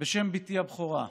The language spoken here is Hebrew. בשם בתי הבכורה,